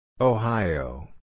Ohio